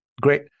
Great